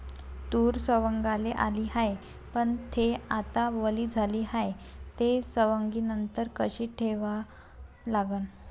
तूर सवंगाले आली हाये, पन थे आता वली झाली हाये, त सवंगनीनंतर कशी साठवून ठेवाव?